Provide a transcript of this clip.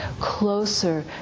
closer